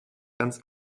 ganz